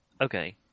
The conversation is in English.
okay